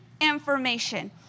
information